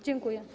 Dziękuję.